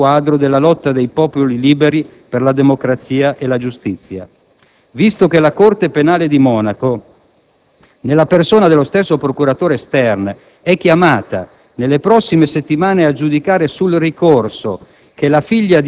nel più vasto quadro della lotta dei popoli liberi per la democrazia e la giustizia». Visto che la corte penale di Monaco, nella persona dello stesso procuratore Stern, è chiamata nelle prossime settimane a giudicare sul ricorso